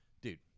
dude